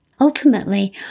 Ultimately